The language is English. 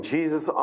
Jesus